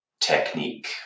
technique